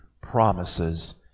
promises